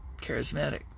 charismatic